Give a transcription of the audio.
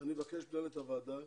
אני אבקש ממנהלת הוועדה